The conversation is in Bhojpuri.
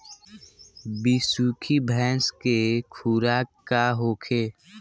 बिसुखी भैंस के खुराक का होखे?